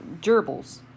gerbils